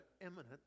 imminent